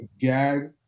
gag